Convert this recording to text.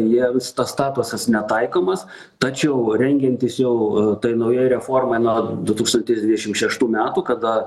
jiems tas statusas netaikomas tačiau rengiantis jau tai naujai reformai nuo du tūkstantis dvidešimt šeštų metų kada